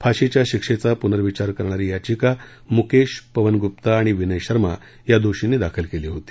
फाशीच्या शिक्षेचा पुर्नविचार करणारी याचिका मुकेश पवन गुप्ता आणि विनय शर्मा या दोषींनी दाखल केली होती